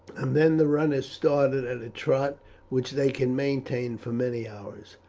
and then the runners started at a trot which they could maintain for many hours.